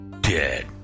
dead